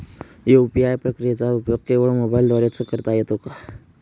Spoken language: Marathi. यू.पी.आय प्रक्रियेचा उपयोग केवळ मोबाईलद्वारे च करता येतो का?